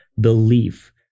belief